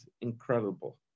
incredible